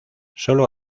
solo